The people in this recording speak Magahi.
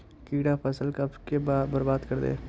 कीड़ा सब फ़सल के बर्बाद कर दे है?